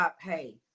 Hey